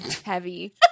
heavy